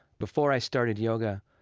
before i started yoga,